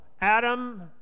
Adam